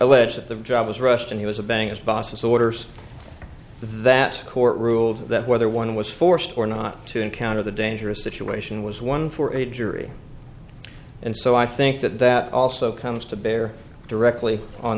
that the job was rushed and he was a bangerz boss orders that court ruled that whether one was forced or not to encounter the dangerous situation was one for a jury and so i think that that also comes to bear directly on